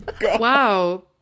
Wow